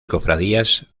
cofradías